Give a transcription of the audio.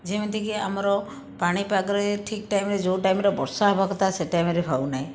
ଯେମିତି କି ଆମର ପାଣିପାଗରେ ଠିକ୍ ଟାଇମରେ ଯେଉଁ ଟାଇମରେ ବର୍ଷା ହେବା କଥା ସେ ଟାଇମରେ ହେଉ ନାହିଁ